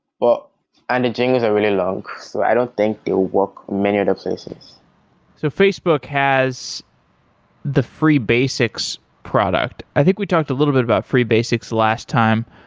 but and the jingles are really long, so i don't think it would work many other places so facebook has the free basics product. i think we talked a little bit about free basics last time.